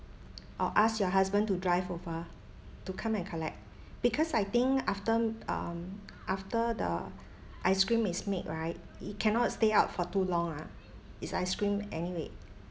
or ask your husband to drive over to come and collect because I think aftem~ um after the ice cream is made right it cannot stay out for too long ah it's ice cream anyway